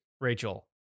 Rachel